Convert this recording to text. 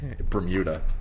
bermuda